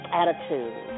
attitude